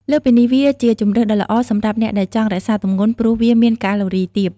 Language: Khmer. លើសពីនេះ វាជាជម្រើសដ៏ល្អសម្រាប់អ្នកដែលចង់រក្សាទម្ងន់ព្រោះវាមានកាឡូរីទាប។